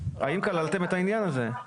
האם כללתם את העניין הזה?